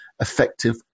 Effective